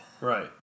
Right